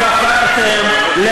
בחרתם,